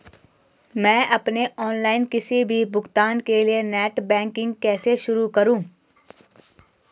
मैं अपने ऑनलाइन किसी भी भुगतान के लिए नेट बैंकिंग कैसे शुरु करूँ?